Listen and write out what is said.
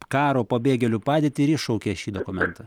karo pabėgėlių padėtį ir iššaukė šį dokumentą